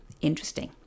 Interesting